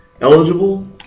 eligible